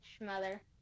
mother